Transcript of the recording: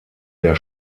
der